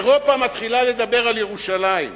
אירופה מתחילה לדבר על ירושלים.